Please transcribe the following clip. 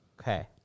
okay